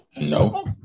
No